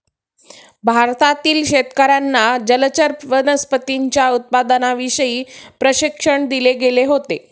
भारतातील शेतकर्यांना जलचर वनस्पतींच्या उत्पादनाविषयी प्रशिक्षण दिले गेले होते